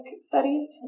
Studies